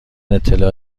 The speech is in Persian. اطلاع